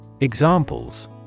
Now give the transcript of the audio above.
Examples